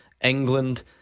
England